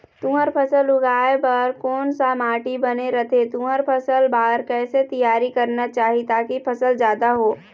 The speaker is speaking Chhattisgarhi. तुंहर फसल उगाए बार कोन सा माटी बने रथे तुंहर फसल बार कैसे तियारी करना चाही ताकि फसल जादा हो?